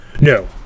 No